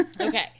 Okay